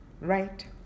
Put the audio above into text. Right